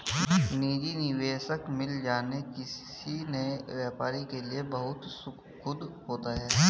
निजी निवेशक मिल जाना किसी नए व्यापारी के लिए बहुत सुखद होता है